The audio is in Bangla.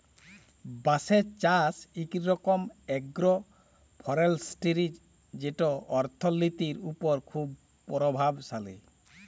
বাঁশের চাষ ইক রকম আগ্রো ফরেস্টিরি যেট অথ্থলিতির উপর খুব পরভাবশালী